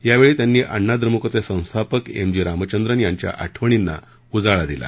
यावेळी त्यांनी अण्णा द्रमुकचे संस्थापक एम जी रामचंद्रन यांच्या आठवणींना उजाळा दिला